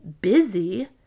busy